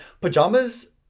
pajamas